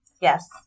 Yes